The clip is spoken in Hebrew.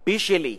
הפה שלי.